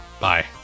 Bye